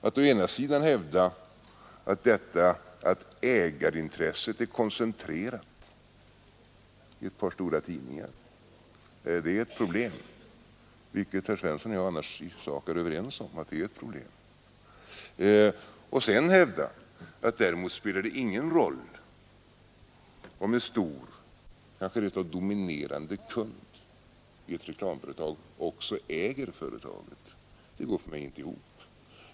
Att å ena sidan hävda att detta att ägarintresset är koncentrerat i ett par stora tidningar utgör ett problem — vilket herr Svensson i Eskilstuna och jag annars i sak är överens om — och å andra sidan hävda att det däremot inte spelar någon roll om en stor, kanske rent av dominerande kund i ett reklamföretag också äger företaget, det går för mig inte ihop.